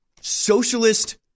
socialist